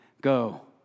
Go